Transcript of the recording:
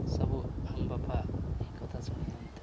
ସବୁ ଆମ ବାପା ଏକ କଥା ଶୁଣିଛନ୍ତି